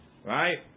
Right